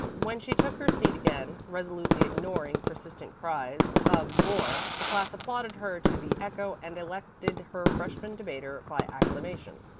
when she took her seat again, resolutely ignoring persistent cries of more! the class applauded her to the echo and elected her freshman debater by acclamation.